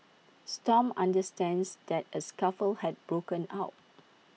stomp understands that A scuffle had broken out